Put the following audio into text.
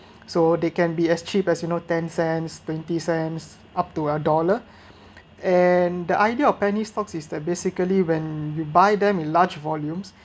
so they can be as cheap as you know ten cents twenty cents up to a dollar and the idea of penny stocks is that basically when you buy them in large volumes